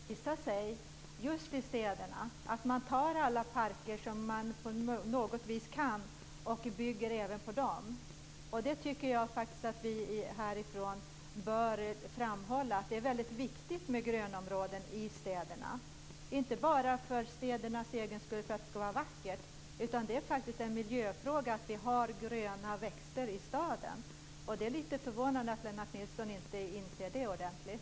Herr talman! Dessvärre har det visat sig att man just i städerna tar alla parker som man på något sätt kan och bygger även i dem. Jag tycker att vi härifrån bör framhålla att det är väldigt viktigt med grönområden i städerna, inte bara för städernas egen skull, för att det skall vara vackert, utan för att det är en miljöfråga att vi har gröna växter i staden. Det är förvånande att Lennart Nilsson inte inser det ordentligt.